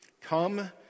come